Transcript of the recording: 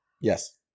Yes